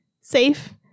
safe